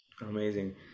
amazing